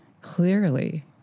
clearly